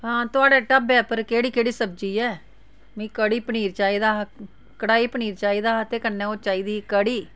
हां थुआढ़े ढाबे उप्पर केह्ड़ी केह्ड़ी सब्जी ऐ मिगी कड़ी पनीर चाहिदा हा कड़ाई पनीर चाहिदा हा ते कन्नै ओह् चाहिदी ही कड़ी